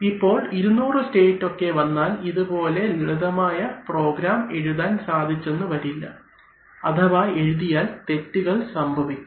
ഇപ്പോൾ 200 സ്റ്റേറ്റ് ഒക്കെ വന്നാൽ ഇതുപോലെ ലളിതമായ പ്രോഗ്രാം എഴുതാൻ സാധിച്ചെന്നു വരില്ല അഥവാ എഴുതിയാൽ തെറ്റുകൾ സംഭവിക്കാം